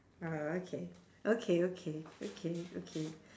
uh okay okay okay okay okay